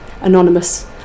anonymous